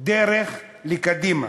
דרך קדימה.